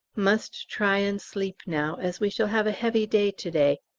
must try and sleep now, as we shall have a heavy day to-day,